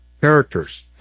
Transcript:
characters